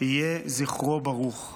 יהי זכרו ברוך.